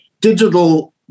digital